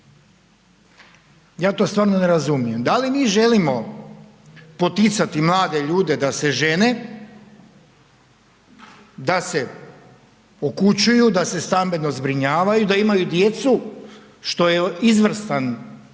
Ja to stvarno ne razumijem? Da li mi želimo poticati mlade ljude da se žene da se ukućuju, da se stambeno zbirnjavaju, da imaju djecu, što je izvrstan dio